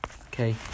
Okay